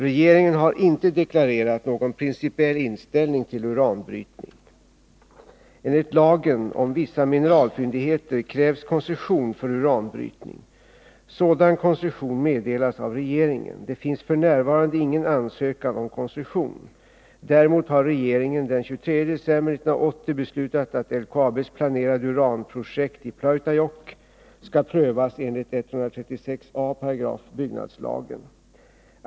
Regeringen har inte deklarerat någon principiell inställning till uranbrytning. Enligt lagen om vissa mineralfyndigheter krävs koncession för uranbrytning. Sådan koncession meddelas av regeringen. Det finns f. n. ingen ansökan om koncession. Däremot har regeringen den 23 december 1980 beslutat att LKAB:s planerade uranprojekt i Pleutajokk skall prövas enligt 136 a § byggnadslagen .